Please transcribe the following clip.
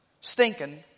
Stinking